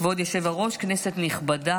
כבוד היושב-ראש, כנסת נכבדה,